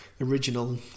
original